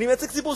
אני מייצג ציבור,